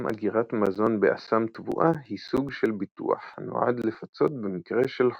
גם אגירת מזון באסם תבואה היא סוג של ביטוח הנועד לפצות במקרה של חוסר.